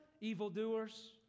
evildoers